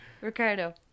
Ricardo